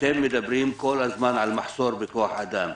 ואתם מדברים כל הזמן על מחסור בכוח אדם.